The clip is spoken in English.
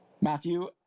Matthew